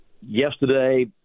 yesterday